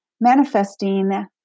manifesting